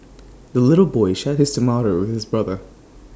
the little boy shared his tomato with his brother